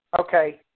Okay